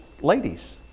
Ladies